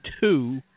two